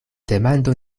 demando